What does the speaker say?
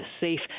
safe